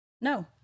no